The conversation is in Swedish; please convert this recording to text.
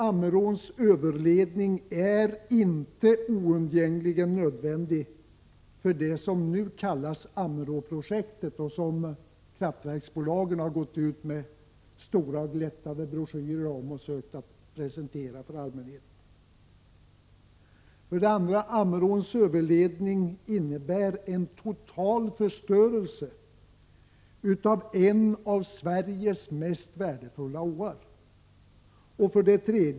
Ammeråns överledning är inte oundgängligen nödvändig för det som nu kallas Ammeråprojektet och som kraftverksbolagen har gått ut med stora och glättiga broschyrer om för att presentera för allmänheten. 2. Ammeråns överledning innebär en total förstörelse av en av Sveriges mest värdefulla åar. 3.